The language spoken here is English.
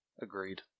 Agreed